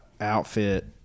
outfit